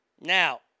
Now